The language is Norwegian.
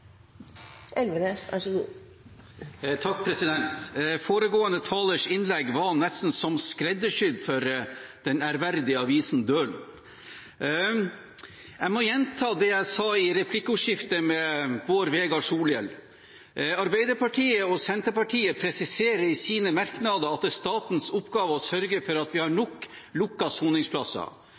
Foregående talers innlegg var nesten som skreddersydd for den ærverdige avisen Dølen. Jeg må gjenta det jeg sa i replikkordskiftet med Bård Vegar Solhjell: Arbeiderpartiet og Senterpartiet presiserer i sine merknader at det er statens oppgave å sørge for at vi har nok lukkede soningsplasser.